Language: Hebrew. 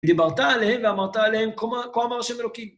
דיברת אליהם ואמרת אליהם, כה אמר השם אלוקים